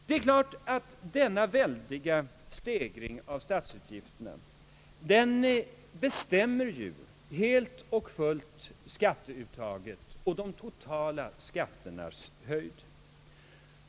Det är klart att denna väldiga stegring av statsutgifterna helt och fullt bestämmer skatteuttagen och de totala skatternas höjd.